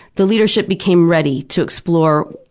the leadership became ready to explore,